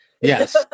Yes